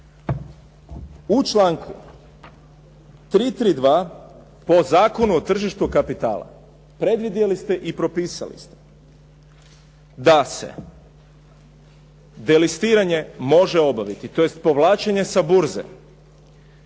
U članku 332. po Zakonu o tržištu kapitala predvidjeli ste i propisali ste da se delistiranje može obaviti tj. povlačenje sa burze